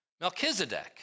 Melchizedek